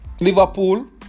Liverpool